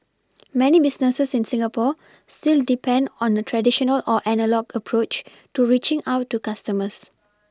many businesses in Singapore still depend on a traditional or analogue approach to reaching out to customers